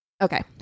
Okay